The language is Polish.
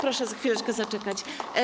Proszę chwileczkę zaczekać.